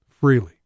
freely